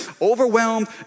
Overwhelmed